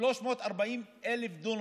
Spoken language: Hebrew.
340,000 דונם.